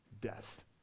death